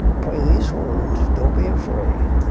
pray these words. don't be afraid.